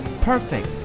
perfect